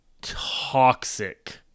toxic